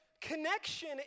Connection